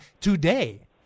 today